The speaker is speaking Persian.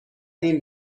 این